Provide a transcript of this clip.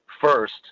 first